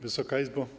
Wysoka Izbo!